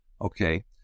Okay